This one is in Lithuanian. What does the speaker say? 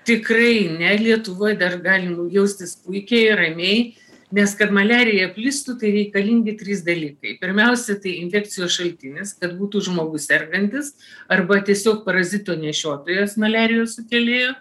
tikrai ne lietuvoj dar galim jaustis puikiai ramiai nes kad maliarija plistų tai reikalingi trys dalykai pirmiausia tai infekcijų šaltinis būtų žmogus sergantis arba tiesiog parazitų nešiotojas maliarijos sukėlėjo